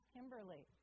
Kimberly